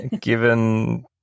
Given